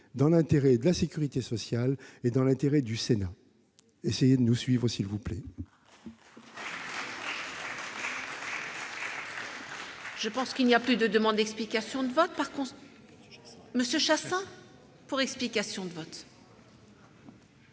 dans l'intérêt de la sécurité sociale et dans l'intérêt du Sénat. Essayez de nous suivre, s'il vous plaît